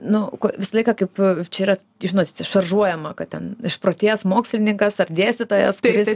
nu visą laiką kaip čia yra žinot šaržuojama kad ten išprotėjęs mokslininkas ar dėstytojas kuris